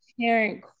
parent